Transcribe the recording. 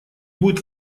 будет